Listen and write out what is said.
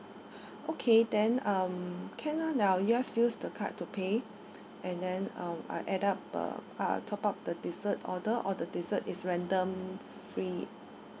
okay then um can ah then I'll just use the card to pay and then um I'll add up uh I'll top up the dessert order or the dessert is random free